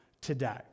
today